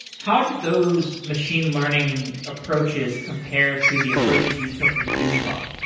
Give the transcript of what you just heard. how did those machine learning approaches compared to the approaches you took with doom bot?